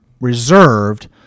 reserved